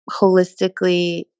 holistically